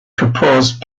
proposed